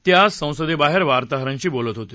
ते आज संसदेबाहेर वार्ताहरांशी बोलत होते